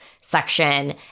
section